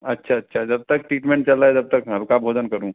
अच्छा अच्छा जब तक ट्रीटमेंट चल रहा है जब तक हल्का भोजन करूँ